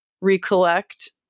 recollect